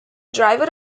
driver